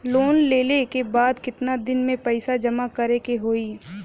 Loan लेले के बाद कितना दिन में पैसा जमा करे के होई?